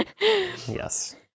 Yes